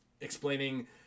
explaining